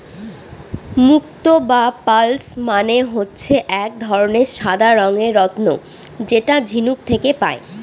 মুক্ত বা পার্লস মানে হচ্ছে এক ধরনের সাদা রঙের রত্ন যেটা ঝিনুক থেকে পায়